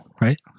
right